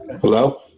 Hello